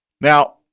Now